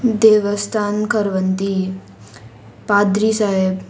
देवस्थान खरवंदी पाद्री सायब